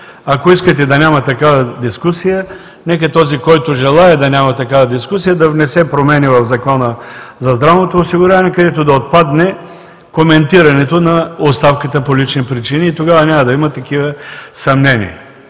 Ако искате да няма такава дискусия, нека този, който желае да няма такава дискусия, да внесе промени в Закона за здравното осигуряване, където да отпадне коментирането на оставката по лични причини, и тогава няма да има такива съмнения.